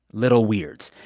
little weirds,